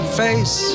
face